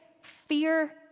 fear